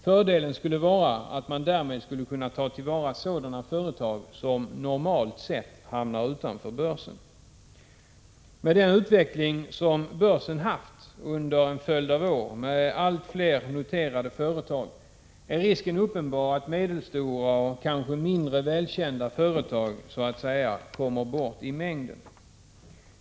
Fördelen skulle vara att man därmed kunde ta till vara sådana företag som normalt sett hamnar utanför börsen. Med den utveckling som börsen haft under en följd av år, med allt fler noterade företag, är risken uppenbar att medelstora och kanske mindre välkända företag så att säga kommer bort i mängden.